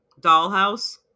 dollhouse